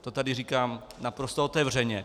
To tady říkám naprosto otevřeně.